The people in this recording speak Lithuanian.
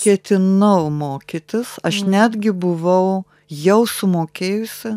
ketinau mokytis aš netgi buvau jau sumokėjusi